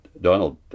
Donald